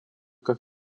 как